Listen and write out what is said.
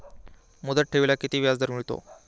मुदत ठेवीला किती व्याजदर मिळतो?